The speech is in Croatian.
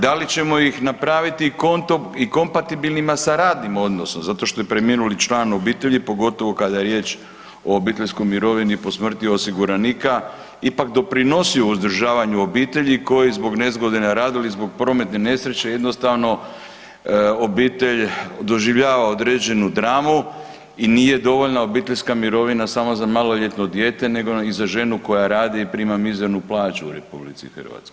Da li ćemo ih napraviti i kompatibilnima sa radnim odnosom zato što je preminuli član obitelji, pogotovo kada je riječ o obiteljskoj mirovini, po smrti osiguranika ipak doprinosio uzdržavanju obitelji koji zbog nezgode na radu ili zbog prometne nesreće jednostavno obitelj doživljava određenu dramu i nije dovoljna obiteljska mirovina samo za maloljetno dijete nego i za ženu koja radi i prima mizernu plaću u RH.